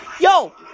yo